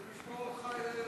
ועדת העבודה והרווחה.